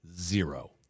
zero